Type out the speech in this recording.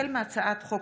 החל מהצעת חוק